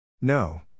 No